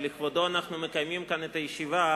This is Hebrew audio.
שלכבודו אנחנו מקיימים כאן את הישיבה,